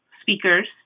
speakers